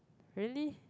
really